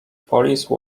police